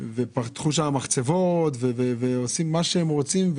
ופתחו שם מחצבות והם עושים מה שהם רוצים,